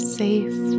safe